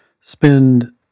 spend